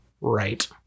right